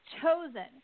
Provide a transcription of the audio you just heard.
Chosen